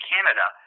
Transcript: Canada